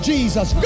Jesus